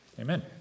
Amen